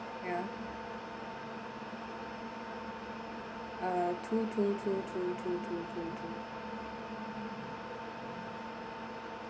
ya uh two two two two two two two two